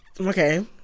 Okay